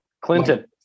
Clinton